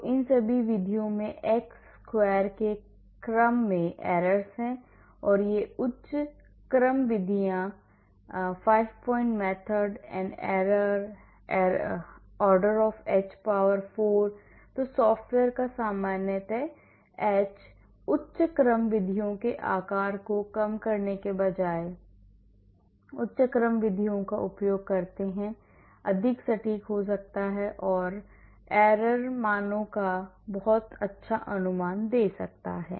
तो इन सभी विधियों में x वर्ग के क्रम में errors हैं और ये उच्च क्रम विधियाँ ine 5 point method an error order of h power 4 तो सॉफ़्टवेयर का सामान्यतया h उच्च क्रम विधियों के आकार को कम करने के बजाय उच्च क्रम विधियों का उपयोग करते हैं अधिक सटीक हो सकता है और त्रुटि मानों का बहुत अच्छा अनुमान दे सकता है